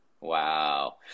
Wow